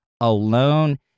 alone